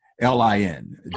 L-I-N